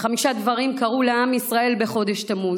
חמישה דברים קרו לעם ישראל בחודש תמוז: